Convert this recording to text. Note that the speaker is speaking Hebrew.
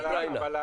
באוקראינה.